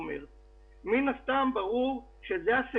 אני רוצה להעלות כמה היבטים וכמה